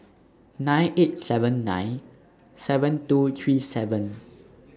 nine eight seven nine seven two three seven